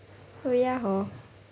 oh ya hor